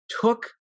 took